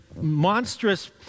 monstrous